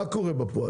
מה קורה בפועל?